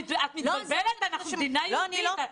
את מתבלבלת, זו מדינה יהודית.